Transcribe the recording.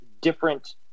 different